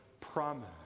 promise